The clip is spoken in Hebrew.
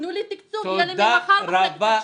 תנו לי תקצוב ואני מחר מקימה מחלקת הגשמה.